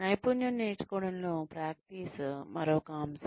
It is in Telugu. నైపుణ్యం నేర్చుకోవడంలో ప్రాక్టీస్ మరొక అంశం